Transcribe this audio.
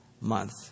month